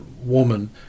woman